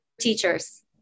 Teachers